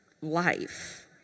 life